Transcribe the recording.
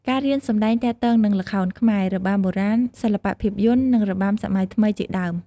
ការរៀនសម្តែងទាក់ទងនឹង ល្ខោនខ្មែរ របាំបុរាណ សិល្បៈភាពយន្ត និងរបាំសម័យថ្មីជាដើម។